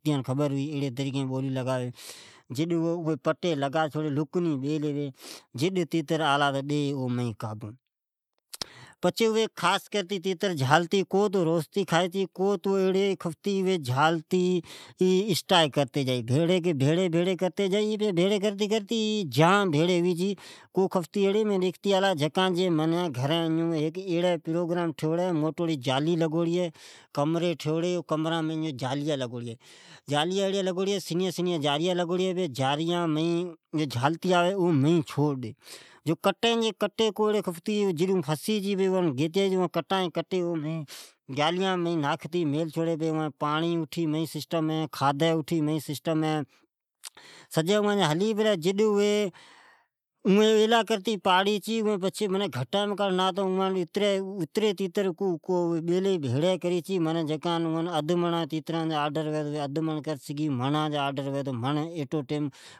اوان خفتیان خبر ھوی چھے تو کیڑی بولی لگاڑی ھی۔ جڈ اوی پٹی لگا چھوڑی، لکنی بیلی ھوی جکو جڈ تیتر آلا تو ڈی او مئین قابو پچے، بولی لگاتے بیستی ری پچھی جد تیتر اوم فصی چھے اون اٹھی نروسیتے کھئی کو تو اسٹائیک کرتے جائی اسٹائیک کرتے کرتے کرتے جام بھیڑی کری چھے، کو تو ایڑی خفتی ھی مین ڈیکھتی آلان ہےجکا جی موٹی کمری ٹھوھڑی ھی جکامین چوطرف جالی لگوڑی ھی سنیا سنیا جالیا ایڑیا لگوڑیا ھی اومین چھوڑ ڈی پچھے کٹان جی کٹے اوان مین چھوڑی چھے۔ پچھے اوان جی پاڑی ڈجی کھادی این خوراک سجی اومین ھی پچھے اوان تیتران ایلی کرتی پاڑی چھی جکو مڑاجا آڈر آوی یا اد مڑا جا آدر ھئی تو سوجی بھیرے بیچی چھے